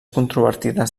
controvertides